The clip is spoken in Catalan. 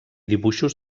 dibuixos